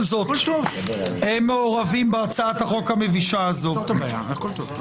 זאת הם מעורבים בהצעת החוק המבישה שלפנינו.